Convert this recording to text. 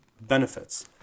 Benefits